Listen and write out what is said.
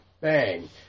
bang